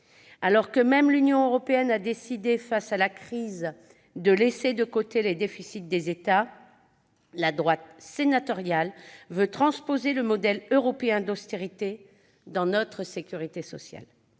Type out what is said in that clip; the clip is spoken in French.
Alors même que l'Union européenne a décidé, face à la crise, de laisser de côté les déficits des États, la droite sénatoriale veut transposer le modèle européen d'austérité dans notre sécurité sociale.